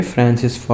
Francis